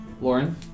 Lauren